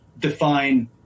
define